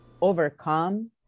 overcome